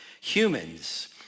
humans